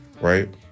right